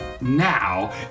now